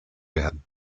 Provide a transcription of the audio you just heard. werden